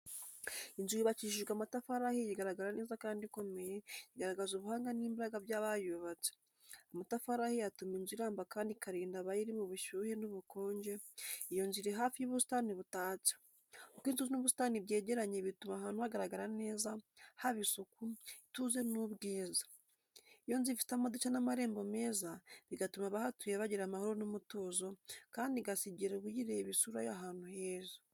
Inzu yubakishijwe amatafari ahiye igaragara neza kandi ikomeye, igaragaza ubuhanga n’imbaraga by’abayubatse. Amatafari ahiye atuma inzu iramba kandi ikarinda abayirimo ubushyuhe n’ubukonje. Iyo nzu iri hafi y’ubusitani butatse. Uko inzu n’ubusitani byegeranye bituma ahantu hagaragara neza, haba isuku, ituze n’ubwiza. Iyo nzu ifite amadirishya n’amarembo meza, bigatuma abahatuye bagira amahoro n’umutuzo, kandi igasigira uyireba isura y’ahantu heza.